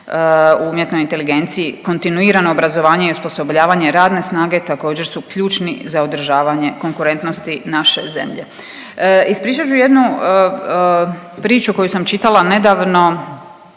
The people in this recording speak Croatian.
u umjetnoj inteligenciji, kontinuirano obrazovanje i osposobljavanje radne snage također su ključni za održavanje konkurentnosti naše zemlje. Ispričat ću jednu priču koju sam čitala nedavno.